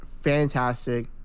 fantastic